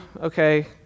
okay